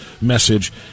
message